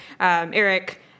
Eric